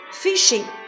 fishing